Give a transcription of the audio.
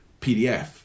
PDF